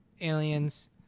aliens